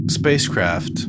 spacecraft